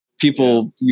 people